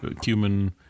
cumin